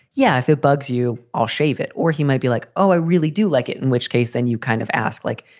yeah. it bugs you. i'll shave it. or he might be like, oh, i really do like it. in which case then you kind of ask, like,